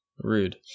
Rude